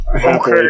Okay